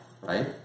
right